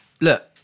Look